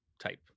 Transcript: type